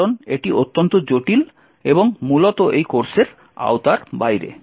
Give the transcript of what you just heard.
কারণ এটি অত্যন্ত জটিল এবং মূলত এই কোর্সের আওতার বাইরে